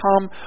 come